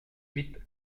huit